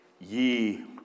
Ye